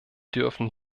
dürfen